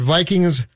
Vikings